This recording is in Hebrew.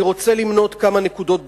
אני רוצה למנות כמה נקודות בקצרה.